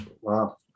Wow